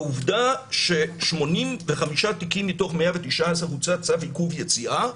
העובדה ש-85 תיקים מתוך 119 הוצא צו עיכוב יציאה,